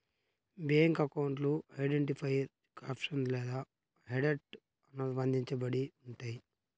bank అకౌంట్లు identifier caption లేదా హెడర్తో అనుబంధించబడి ఉంటయ్యి